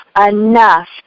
enough